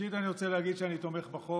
ראשית אני רוצה להגיד שאני תומך בחוק.